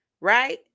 right